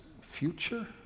future